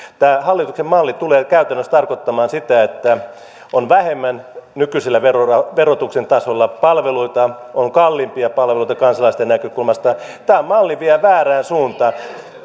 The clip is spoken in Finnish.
tämä hallituksen malli tulee käytännössä tarkoittamaan sitä että on vähemmän nykyisellä verotuksen tasolla palveluita on kalliimpia palveluita kansalaisten näkökulmasta tämä malli vie väärään suuntaan